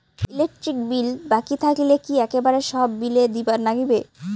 Electric bill বাকি থাকিলে কি একেবারে সব বিলে দিবার নাগিবে?